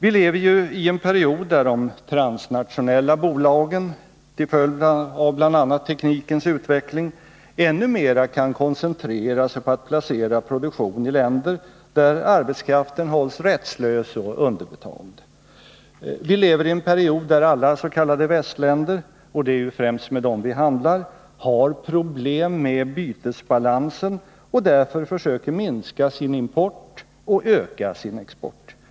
Vi lever i en period där de transnationella bolagen, till följd av bl.a. teknikens utveckling, ännu mera kan koncentrera sig på att placera produktion i länder där arbetskraften hålls rättslös och underbetald. Vi lever i en period där alla s.k. västländer — och det är främst med dem vi handlar — har problem med bytesbalansen och därför försöker minska sin import och öka sin export.